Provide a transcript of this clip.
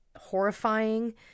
horrifying